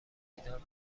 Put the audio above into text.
پایدار